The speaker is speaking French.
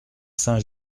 saint